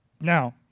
Now